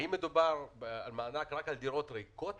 האם מדובר על מענק רק על דירות ריקות